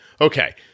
Okay